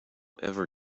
ever